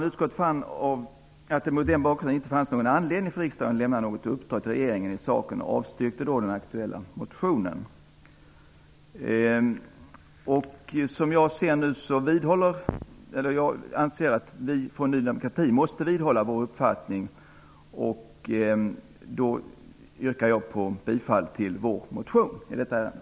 Mot den bakgrunden kom utskottet fram till att det inte fanns någon anledning för riksdagen att lämna något sådant uppdrag till regeringen, och man avstyrkte således den aktuella motionen. Jag anser att vi från Ny demokrati måste vidhålla vår uppfattning. Jag yrkar därför bifall till vår motion i detta ärende.